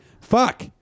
fuck